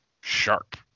sharp